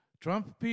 Trump